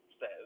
says